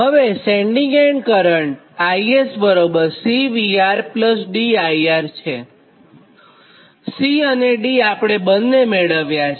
હવે sending end current IS C VR D IR C અને D બંને આપણે મેળવ્યા છે